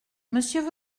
monsieur